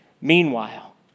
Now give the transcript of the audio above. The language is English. Meanwhile